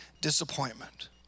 disappointment